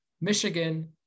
Michigan